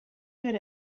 good